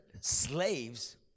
slaves